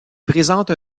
présente